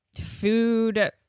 food